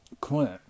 Clint